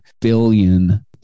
billion